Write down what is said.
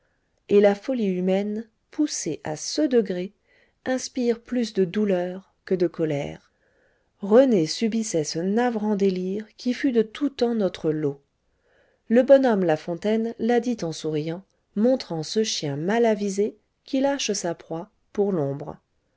et la folie humaine poussée à ce degré inspire plus de douleur que de colère rené subissait ce navrant délire qui fut de tout temps notre lot le bonhomme la fontaine l'a dit en souriant montrant ce chien malavisé qui lâche sa proie pour l'ombre